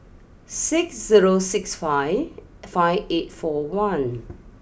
six zero six five five eight four one